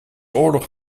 oorlog